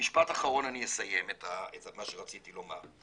ובמשפט אחרון אני אסיים את מה שרציתי לומר,